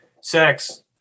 sex